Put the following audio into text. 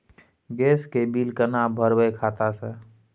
Gas के bill केना भरबै खाता से?